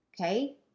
okay